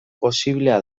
posiblea